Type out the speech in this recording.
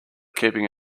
keeping